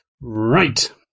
Right